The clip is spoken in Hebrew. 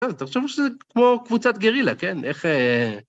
אתם חושבים שזה כמו קבוצת גרילה, כן? איך...